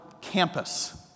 campus